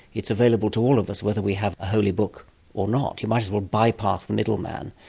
it's available to all of us whether we have a holy book or not. you might as well bypass the middleman,